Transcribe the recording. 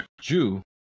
Jew